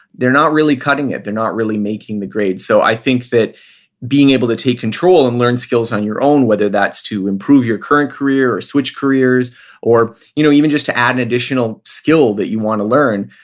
they're not really cutting it. they're not really making the grade. so i think that being able to take control and learn skills on your own, whether that's to improve your current career or switch careers or you know even just to add an additional skill that you want to learn,